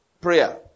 Prayer